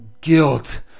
guilt